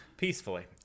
peacefully